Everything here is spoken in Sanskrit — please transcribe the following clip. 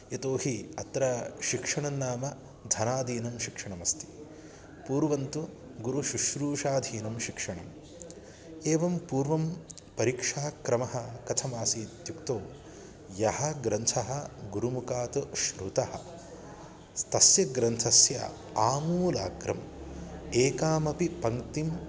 यतो हि अत्र शिक्षणं नाम धनाधीनं शिक्षणमस्ति पूर्वन्तु गुरुशुश्रूषाधीनं शिक्षणम् एवं पूर्वं परिक्षाक्रमः कथमासीदित्युक्तौ यः ग्रन्थः गुरुमुखात् श्रुतः तस्य ग्रन्थस्य आमूलाग्रम् एकामपि पङ्क्तिं